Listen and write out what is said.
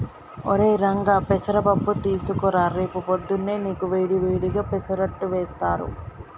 ఒరై రంగా పెసర పప్పు తీసుకురా రేపు పొద్దున్నా నీకు వేడి వేడిగా పెసరట్టు వేస్తారు